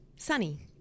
Sunny